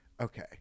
okay